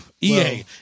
EA